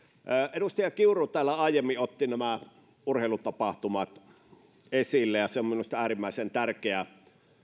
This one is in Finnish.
edustaja kiuru täällä aiemmin otti urheilutapahtumat esille se on minusta äärimmäisen tärkeää